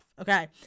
Okay